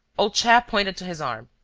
old chap pointed to his arm,